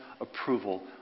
approval